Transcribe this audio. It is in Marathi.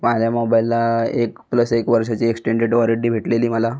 माझ्या मोबाईलला एक प्लस एक वर्षाची एक्सटेंडेड वारंटी भेटलेली मला